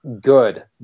good